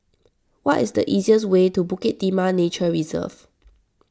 what is the easiest way to Bukit Timah Nature Reserve